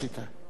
בדיוק.